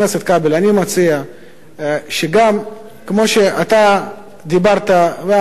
שגם כמו שאתה דיברת ואמרת,